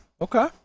okay